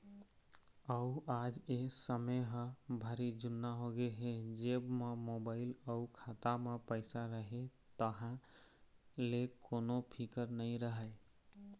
अउ आज ए समे ह भारी जुन्ना होगे हे जेब म मोबाईल अउ खाता म पइसा रहें तहाँ ले कोनो फिकर नइ रहय